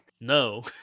no